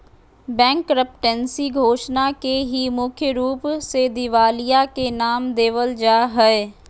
bankruptcy घोषणा के ही मुख्य रूप से दिवालिया के नाम देवल जा हय